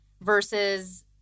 versus